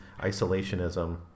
isolationism